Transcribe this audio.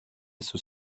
sus